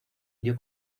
dio